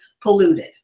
polluted